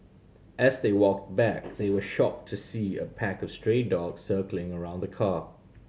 as they walked back they were shocked to see a pack of stray dogs circling around the car